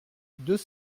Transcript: deux